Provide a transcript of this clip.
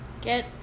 Get